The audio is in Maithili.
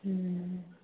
हूँ